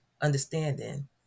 understanding